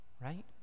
right